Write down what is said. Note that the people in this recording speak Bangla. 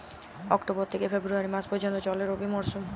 অক্টোবর থেকে ফেব্রুয়ারি মাস পর্যন্ত চলে রবি মরসুম